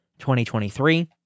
2023